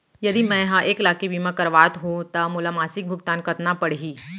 यदि मैं ह एक लाख के बीमा करवात हो त मोला मासिक भुगतान कतना पड़ही?